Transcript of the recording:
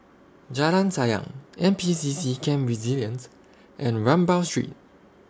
Jalan Sayang N P C C Camp Resilience and Rambau Street